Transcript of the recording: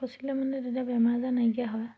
খচিলে মানে তেতিয়া বেমাৰ আজাৰ নাইকিয়া হয়